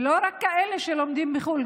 ולא רק כאלה שלומדים בחו"ל,